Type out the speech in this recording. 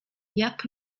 jak